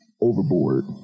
overboard